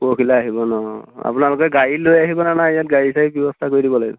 পৰহিলৈ আহিব ন অঁ আপোনালেকে গাড়ী লৈ আহিব নে নাই ইয়াত গাড়ী চাৰি ব্যৱস্থা কৰি দিব লাগিব